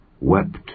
wept